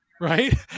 right